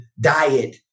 diet